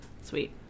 sweet